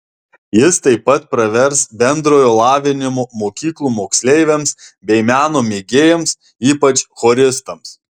jis taip pat pravers bendrojo lavinimo mokyklų moksleiviams bei meno mėgėjams ypač choristams